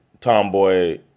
tomboy